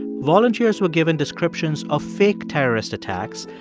volunteers were given descriptions of fake terrorist attacks,